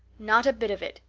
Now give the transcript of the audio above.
not a bit of it.